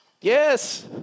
Yes